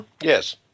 yes